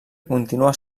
continua